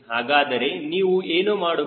ಹಾಗಾದರೆ ನೀವು ಏನು ಮಾಡಬಹುದು